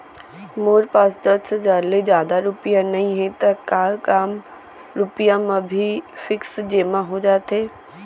मोर पास दस हजार ले जादा रुपिया नइहे त का कम रुपिया म भी फिक्स जेमा हो जाथे?